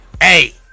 hey